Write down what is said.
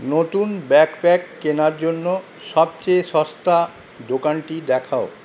নতুন ব্যাকপ্যাক কেনার জন্য সবচেয়ে সস্তা দোকানটি দেখাও